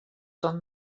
són